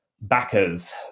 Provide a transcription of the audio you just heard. backers